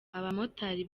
abamotari